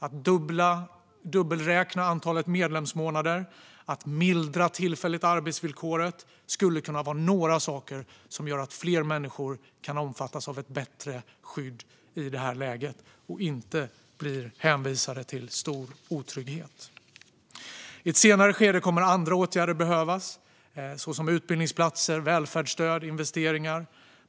Att dubbelräkna antalet medlemsmånader och att tillfälligt mildra arbetsvillkoret skulle kunna vara saker som gör att fler människor kan omfattas av ett bättre skydd i det här läget och inte blir hänvisade till stor otrygghet. I ett senare skede kommer andra åtgärder att behövas, såsom utbildningsplatser, välfärdsstöd och investeringar.